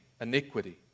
iniquity